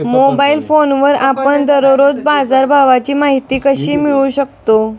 Mobile फोनवर आपण दररोज बाजारभावाची माहिती कशी मिळवू शकतो?